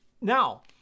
Now